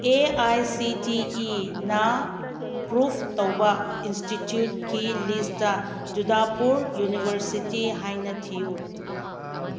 A I C T E ꯅ proof ꯇꯧꯕ ꯏꯟꯁꯇꯤꯇ꯭ꯌꯨꯠꯀꯤ ꯂꯤꯁꯇ ꯖꯨꯗꯥꯄꯨꯔ ꯌꯨꯅꯤꯚꯔꯁꯤꯇꯤ ꯍꯥꯏꯅ ꯊꯤꯌꯨ